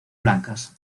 blancas